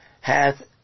hath